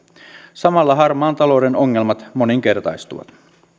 samalla harmaan talouden ongelmat moninkertaistuvat